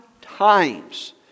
times